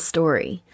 Story